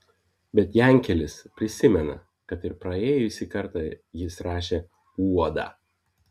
bet jankelis prisimena kad ir praėjusį kartą jis rašė uodą